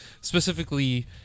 Specifically